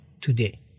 today